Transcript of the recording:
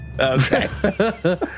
Okay